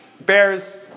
Bears